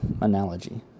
analogy